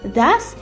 Thus